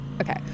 okay